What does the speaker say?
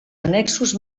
annexos